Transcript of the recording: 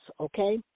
okay